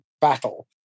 battle